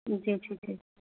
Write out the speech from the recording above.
जी जी जी